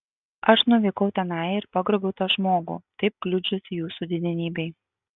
aš nuvykau tenai ir pagrobiau tą žmogų taip kliudžiusį jūsų didenybei